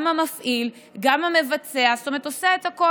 גם המפעיל, גם המבצע, זאת אומרת, עושה את הכול.